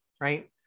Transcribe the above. right